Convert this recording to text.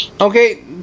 Okay